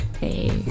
Hey